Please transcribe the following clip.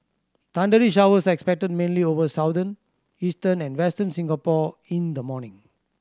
thundery showers are expected mainly over Southern Eastern and Western Singapore in the morning